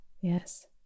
yes